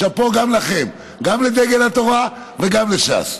שאפו גם לכם, גם לדגל התורה וגם לש"ס.